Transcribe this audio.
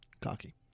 Cocky